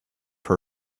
her